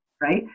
right